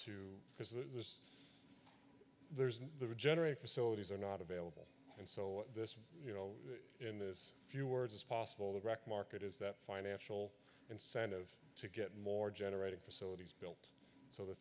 to because there's the regenerate facilities are not available and so this you know in this few words as possible the direct market is that financial incentive to get more generating facilities built so the